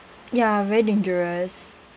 ya very dangerous